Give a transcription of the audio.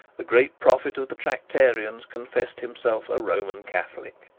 the great prophet of the tractarians confessed himself a roman catholic.